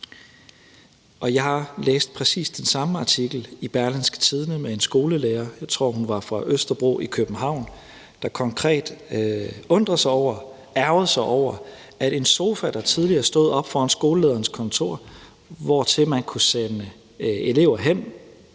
Jeg har læst præcis den samme artikel i Berlingske med en skolelærer – jeg tror, hun var fra Østerbro i København – der konkret undrer sig over, ærgrer sig over, at en sofa, der tidligere stod oppe foran skolelederens kontor, hvortil man kun sende elever hen,